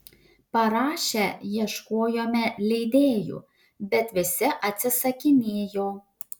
parašę ieškojome leidėjų bet visi atsisakinėjo